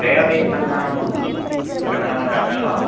त्रयमपि स्कन्दानां पठनं जातं वा